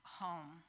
home